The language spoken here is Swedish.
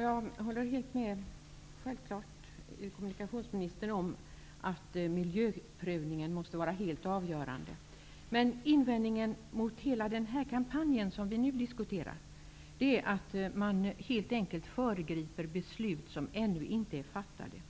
Herr talman! Jag håller självklart med kommunikationsministern om att miljöprövningen måste vara helt avgörande. Men invändningen mot hela den kampanj som vi nu diskuterar är att man helt enkelt föregriper beslut som ännu inte är fattade.